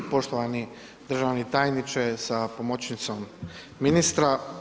Poštovani državni tajniče sa pomoćnicom ministra.